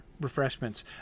refreshments